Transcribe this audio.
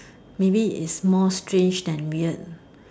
maybe it's more strange than weird